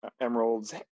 emeralds